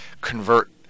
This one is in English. convert